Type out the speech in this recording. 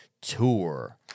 tour